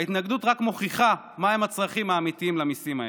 ההתנגדות רק מוכיחה מהם הצרכים האמיתיים למיסים האלו.